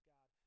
God